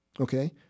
okay